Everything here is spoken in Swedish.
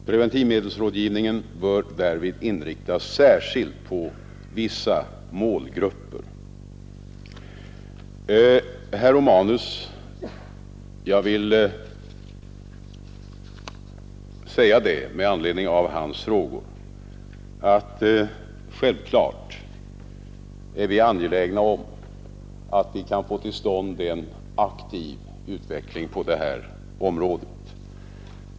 <Preventivmedelsrådgivningen bör därvid inriktas särskilt på vissa målgrupper. Med anledning av herr Romanus” frågor vill jag säga att vi självklart är angelägna om att få till stånd en aktiv utveckling på detta område.